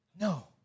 No